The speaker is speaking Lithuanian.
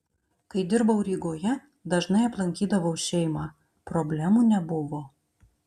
kai dirbau rygoje dažnai aplankydavau šeimą problemų nebuvo